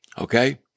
Okay